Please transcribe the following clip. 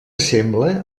sembla